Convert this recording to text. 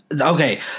Okay